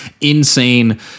insane